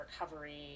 recovery